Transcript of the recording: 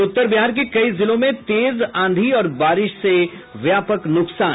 और उत्तर बिहार के कई जिलों में तेज आंधी और बारिश से व्यापक नुकसान